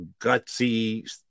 Gutsy